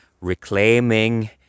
reclaiming